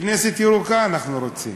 כנסת ירוקה אנחנו רוצים.